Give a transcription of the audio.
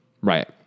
Right